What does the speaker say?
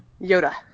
Yoda